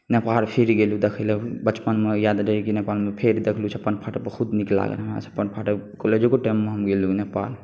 नेपाल फिर गेलहुॅं देखयलए बचपन मे याद रहै कि नेपालमे फेर देखलहुॅं छप्पन फाटक बहुत नीक लागल हमरा छप्पन फाटक कॉलेजोके टाइममे हम गेल रहुॅं नेपाल